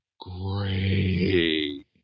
great